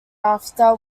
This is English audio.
after